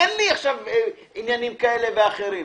אין לי עכשיו עניינים כאלה ואחרים.